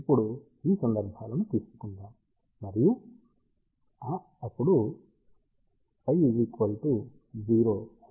కాబట్టి ఇప్పుడు ఈ సందర్భాలను తీసుకుందాం మరియు ఆ ఉన్నప్పుడు φ 0